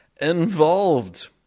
involved